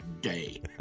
day